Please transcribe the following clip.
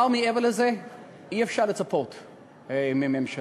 מעבר לזה אי-אפשר לצפות מהממשלה.